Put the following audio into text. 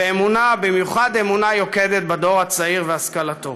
ואמונה, במיוחד אמונה יוקדת בדור הצעיר והשכלתו.